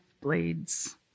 blades